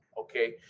okay